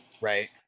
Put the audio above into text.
right